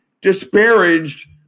disparaged